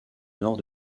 nord